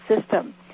system